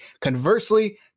Conversely